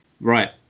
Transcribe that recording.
right